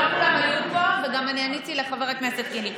לא כולם היו פה, ואני גם עניתי לחבר הכנסת קינלי.